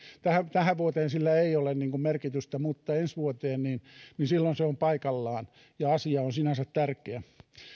tähän vuoteen sillä ei ole merkitystä mutta ensi vuoteen silloin on paikallaan ja asia on sinänsä tärkeä